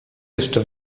jeszcze